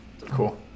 Cool